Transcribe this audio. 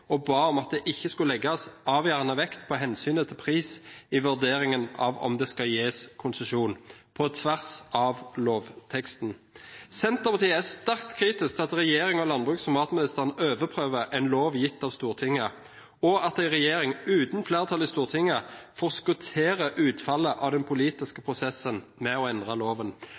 og ba om at det ikke skulle legges avgjørende vekt på hensynet til pris i vurderingen av om det skal gis konsesjon på tvers av lovteksten. Senterpartiet er sterkt kritisk til at regjeringen og landbruks- og matministeren overprøver en lov gitt av Stortinget, og at regjeringen uten flertall i Stortinget forskutterer utfallet av den politiske prosessen med å endre loven.